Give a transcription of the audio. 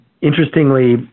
interestingly